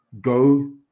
go